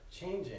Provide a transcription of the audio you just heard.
changing